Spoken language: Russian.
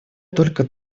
только